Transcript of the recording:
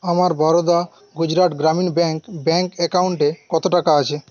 আমার Baroda Gujarat Gramin bank bank অ্যাকাউন্টে কতো টাকা আছে